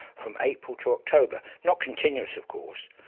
from april to october not continuous of course,